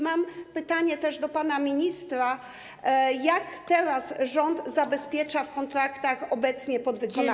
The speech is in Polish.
Mam pytanie też do pana ministra: Jak teraz rząd zabezpiecza w kontraktach obecnych podwykonawców?